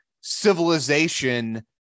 civilization